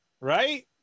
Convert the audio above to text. Right